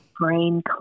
brain